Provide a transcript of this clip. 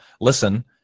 listen